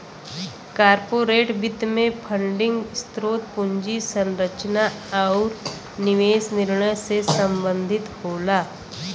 corporate वित्त में funding स्रोत, पूंजी संरचना आुर निवेश निर्णय से संबंधित होला